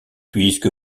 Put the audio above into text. puisque